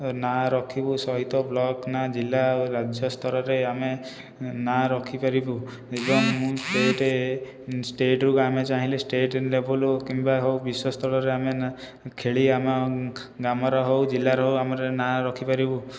ନାଁ ରଖିବୁ ସହିତ ବ୍ଳକ ନାଁ ଜିଲ୍ଲା ରାଜ୍ୟସ୍ତରରେ ଆମେ ନାଁ ରଖିପାରିବୁ ଏବଂ ଆମକୁ ଷ୍ଟେଟ ଷ୍ଟେଟକୁ ଆମକୁ ଚାହିଁଲେ ଷ୍ଟେଟ ଲେବେଲ କିମ୍ବା ହେଉ ବିଶ୍ୱସ୍ତରରେ ଆମେ ଖେଳି ଆମ ଗ୍ରାମର ହେଉ ଜିଲ୍ଲାର ହେଉ ଆମର ନାଁ ରଖିପାରିବୁ